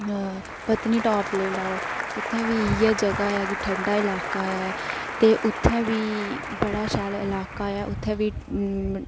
पत्नीटॉप लेई लैओ उत्थें बी इ'यै जगह ऐ के ठंडा इलाका ऐ ते उत्थै बी बड़ा शैल इलाका ऐ उत्थै बी